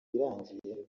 irangiye